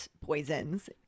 poisons